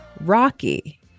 Rocky